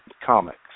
comics